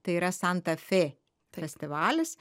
tai yra santa fė festivalis